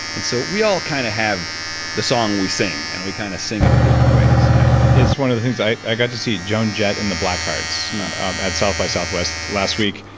and so we all kind of have the song we sing, and we kind of sing it in different ways you know it's one of the things, i got to see joan jett and the blackhearts at south by southwest last week,